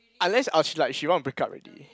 unless uh she like she want to break up already